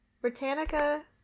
Britannica